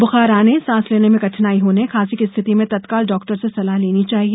बुखार आने सांस लेने में कठिनाई होने और खांसी की स्थिति में तत्काल डॉक्टर से सलाह लेनी चाहिए